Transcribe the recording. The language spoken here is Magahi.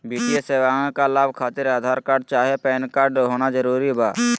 वित्तीय सेवाएं का लाभ खातिर आधार कार्ड चाहे पैन कार्ड होना जरूरी बा?